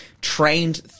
trained